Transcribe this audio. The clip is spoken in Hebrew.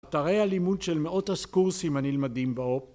תראה על לימוד של מאות הקורסים הנלמדים בו.